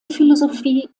philosophie